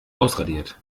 ausradiert